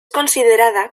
considerada